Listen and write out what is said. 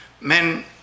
Men